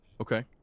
Okay